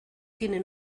tiene